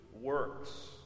works